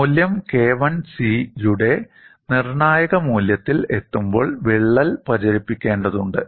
മൂല്യം K1C യുടെ നിർണായക മൂല്യത്തിൽ എത്തുമ്പോൾ വിള്ളൽ പ്രചരിപ്പിക്കേണ്ടതുണ്ട്